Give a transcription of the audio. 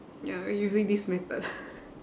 ya using this method